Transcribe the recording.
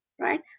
right